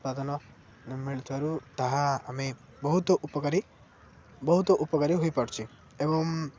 ଉତ୍ପାଦନ ମିଳୁଥିବାରୁ ତାହା ଆମେ ବହୁତ ଉପକାରୀ ବହୁତ ଉପକାରୀ ହୋଇପାରୁଛି ଏବଂ